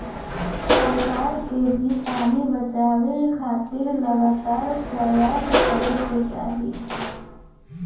सरकार के भी पानी बचावे खातिर लगातार परयास करे के चाही